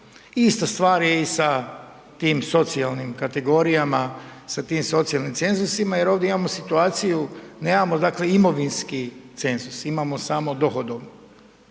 Ista stvar je i sa tim socijalnim kategorijama sa tim socijalnim cenzusima jer ovdje imamo situaciju, nemamo imovinski cenzus, imamo samo dohodovni,